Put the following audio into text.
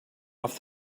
off